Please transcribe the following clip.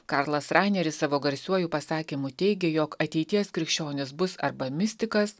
karlas raineris savo garsiuoju pasakymu teigė jog ateities krikščionis bus arba mistikas